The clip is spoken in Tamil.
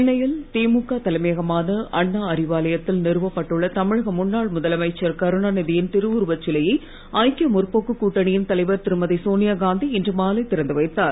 சென்னையில் திமுக தலைமையமான அண்ணா அறிவாலயத்தில் நிறுவப்பட்டுள்ள தமிழக முன்னாள் முதலமைச்சர் கருணாநிதியின் திருவுருவச் சிலையை ஐக்கிய முற்போக்கு கூட்டணியின் தலைவர் திருமதி சோனியாகாந்தி இன்று மாலை திறந்து வைத்தார்